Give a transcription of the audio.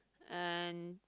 and